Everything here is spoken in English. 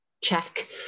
check